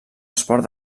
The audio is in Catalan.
esport